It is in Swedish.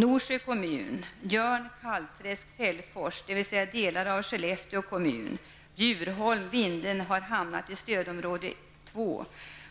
Norsjö kommun och Jörn, Kalvträsk, Fällfors -- dvs. delar av Skellefteå kommun -- Bjurholm och Vindeln har hamnat i stödområde 2,